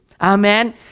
Amen